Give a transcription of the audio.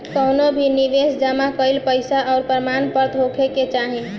कवनो भी निवेश जमा कईल पईसा कअ प्रमाणपत्र होखे के चाही